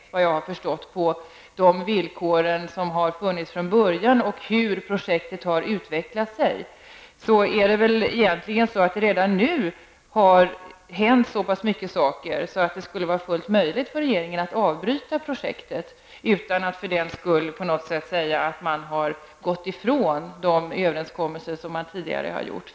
Efter vad jag har förstått av de villkor som har funnits från början och av hur projektet sedan har utvecklats, har det väl redan nu hänt så pass många saker att det skulle vara fullt möjligt för regeringen att avbryta projektet utan att det för den skull på något sätt behöver sägas att man har gått ifrån de överenskommelser som man tidigare har träffat.